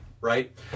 right